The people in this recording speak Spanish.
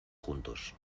juntos